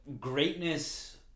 greatness